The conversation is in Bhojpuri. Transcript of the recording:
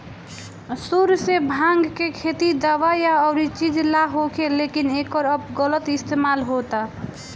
सुरु से भाँग के खेती दावा या अउरी चीज ला होखे, लेकिन एकर अब गलत इस्तेमाल होता